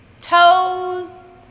Toes